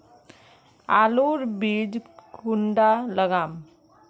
आलूर बीज कुंडा लगाम?